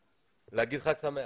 להגיד חג שמח.